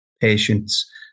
patients